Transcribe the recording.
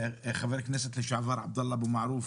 חבר הכנסת לשעבר עבדאללה אבו מערוף